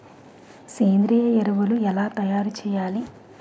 సేంద్రీయ ఎరువులు ఎలా తయారు చేయాలి?